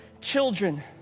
children